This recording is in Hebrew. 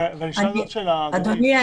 אדוני,